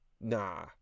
Nah